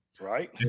Right